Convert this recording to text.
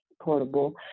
Portable